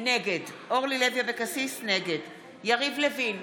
נגד יריב לוין,